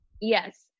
Yes